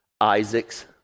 Isaac's